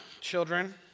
children